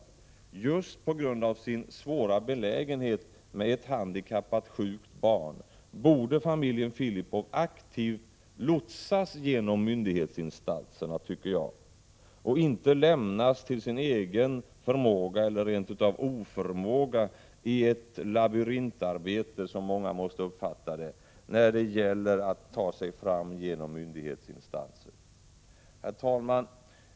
Jag tycker att familjen Filipov just på grund av sin svåra belägenhet — man har ju ett handikappat sjukt barn — aktivt borde lotsas genom myndighetsinstanserna. Familjen borde alltså inte utlämnas åt sin egen förmåga, eller rent av oförmåga, i labyrintarbetet — så uppfattar många detta — när det gäller att ta sig igenom myndighetsinstanserna. Herr talman!